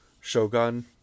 Shogun